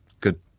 Good